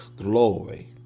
glory